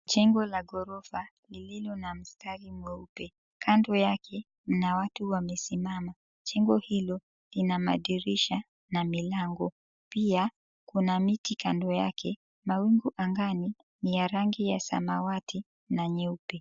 Jengo la ghorofa lililo na mstari mweupe kando yake mna watu wamesimama, jengo hilo lina dirisha na milango pia kuna miti kando yake mawingu angani ni ya rangi samawati na nyeupe.